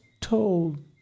told